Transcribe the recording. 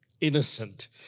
innocent